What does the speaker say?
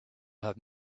have